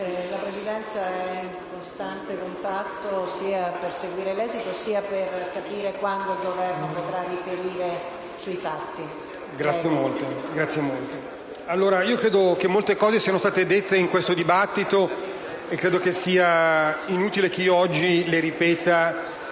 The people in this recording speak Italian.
La Presidenza è in costante contatto sia per seguire l'esito che per capire quando il Governo potrà riferire sui fatti. COCIANCICH *(PD)*. Credo che molte cose siano state dette in questo dibattito e credo che sia inutile che io oggi le ripeta.